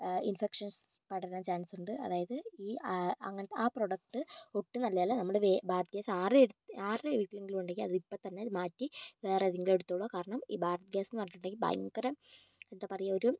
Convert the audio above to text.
infections പടരാൻ chance ഉണ്ട് അതായത് ഈ അങ്ങനത്തെ ആ പ്രോഡക്റ്റ് ഒട്ടും നല്ലതല്ല നമ്മള് വേ ഭാരത് ഗ്യാസ് ആരുടെ അടുത്ത് ആരുടെ വീട്ടിലെങ്കിലും ഉണ്ടെങ്കിൽ അതിപ്പോൾ തന്നെ മാറ്റി വേറെ ഏതെങ്കിലും എടുത്തോളു കാരണം ഈ ഭാര ത് ഗ്യാസെന്ന് പറഞ്ഞിട്ടുണ്ടെങ്കിൽ ഭയങ്കര എന്താ പറയുക ഒരു